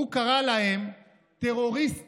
הוא קרא להם טרוריסטים